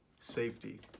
safety